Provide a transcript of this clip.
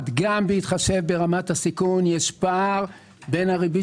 גם בהתחשב ברמת הסיכון יש פער בין הריבית